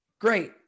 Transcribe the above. great